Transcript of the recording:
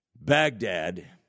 Baghdad